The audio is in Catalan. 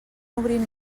obrint